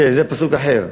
כן, זה פסוק אחר.